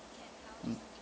mm